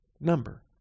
number